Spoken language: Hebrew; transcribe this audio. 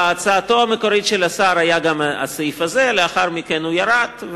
בהצעתו המקורית של השר היה גם הסעיף הזה ולאחר מכן הוא ירד.